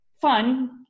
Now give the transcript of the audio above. fun